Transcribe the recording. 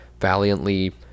valiantly